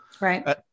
right